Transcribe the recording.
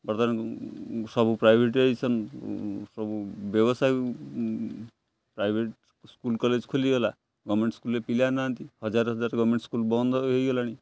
ବର୍ତ୍ତମାନ ସବୁ ପ୍ରାଇଭେଟାଇସନ୍ ସବୁ ବ୍ୟବସାୟ ପ୍ରାଇଭେଟ ସ୍କୁଲ କଲେଜ ଖୋଲିଗଲା ଗମେଣ୍ଟ ସ୍କୁଲରେ ପିଲା ନାହାନ୍ତି ହଜାର ହଜାର ଗମେଣ୍ଟ ସ୍କୁଲ ବନ୍ଦ ହେଇଗଲାଣି